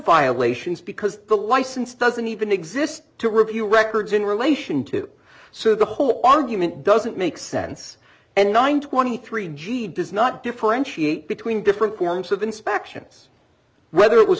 violations because the license doesn't even exist to review records in relation to so the whole argument doesn't make sense and nine twenty three g does not differentiate between different forms of inspections whether it was